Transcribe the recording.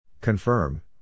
Confirm